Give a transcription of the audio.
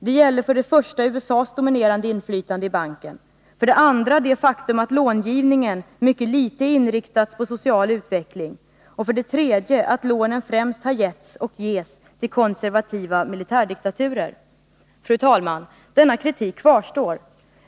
Det gäller för det första USA:s dominerande inflytande i banken, för det andra det faktum att långivningen mycket litet inriktats på social utveckling och för det tredje att lånen främst har getts och ges till konservativa militärdiktaturer.” Fru talman! Denna kritik kvarstår.